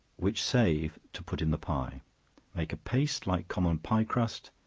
which save to put in the pie make a paste like common pie crust,